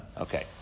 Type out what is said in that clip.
Okay